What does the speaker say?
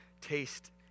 taste